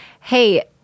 Hey